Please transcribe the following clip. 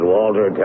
Walter